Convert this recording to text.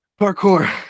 parkour